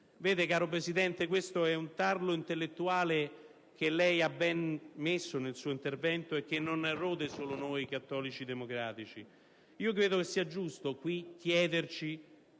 Caro Presidente, questo è un tarlo intellettuale, che lei ha ben indicato nel suo intervento e che non erode solo noi cattolici democratici. Credo sia giusto qui chiederci